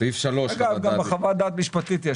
בסעיף 3 חוות הדעת המשפטית.